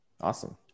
Awesome